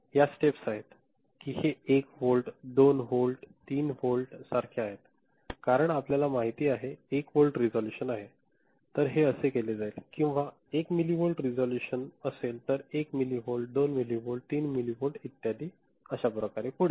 ह्या स्टेप्स आहेत की हे 1 व्होल्ट 2 व्होल्ट 3 व्होल्ट सारखे आहे कारण आपल्याला माहित आहे 1 व्होल्ट रेसोलुशन आहे तर हे असे केले जाईल किंवा ते 1 मिलिव्होल्ट रिझोल्यूशन असेल तर 1 मिलिव्होल्ट 2 मिलिव्होल्ट 3 मिलिव्होल्ट इत्यादी पुढे